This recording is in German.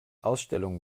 ausstellung